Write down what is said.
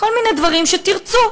כל מיני דברים שתרצו,